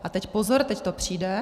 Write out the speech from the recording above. A teď pozor, teď to přijde.